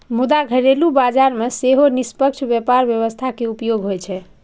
मुदा घरेलू बाजार मे सेहो निष्पक्ष व्यापार व्यवस्था के उपयोग होइ छै